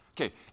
Okay